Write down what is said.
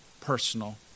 personal